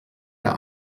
der